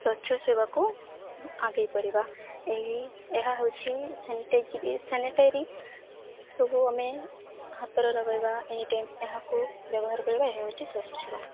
ସ୍ୱଚ୍ଛ ସେବାକୁ ଆଗେଇ ପାରିବା ଏହି ଏହା ହଉଛି ସାନିଟାଇଜିରି ସାନିଟାରି ସବୁ ଆମେ ହାତର ଲଗେଇବା ଏନି ଟାଇମ୍ ଏହାକୁ ବ୍ୟବହାର କରିବା ଏହା ହେଉଛି ସ୍ୱଚ୍ଛ ସେବା